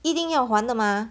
一定要还的 mah